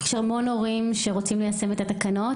יש המון הורים שרוצים ליישם את התקנות,